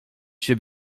się